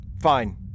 fine